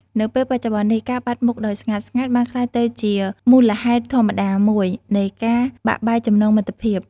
នៅពេលបច្ចុប្បន្ននេះ ការបាត់មុខដោយស្ងាត់ៗ បានក្លាយទៅជាមូលហេតុធម្មតាមួយនៃការបាក់បែកចំណងមិត្តភាព។